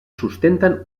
sustenten